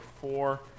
four